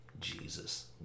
Jesus